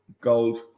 gold